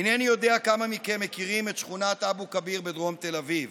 אינני יודע כמה מכם מכירים את שכונת אבו כביר בדרום תל אביב.